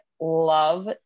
love